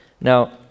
Now